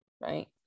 Right